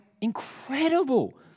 Incredible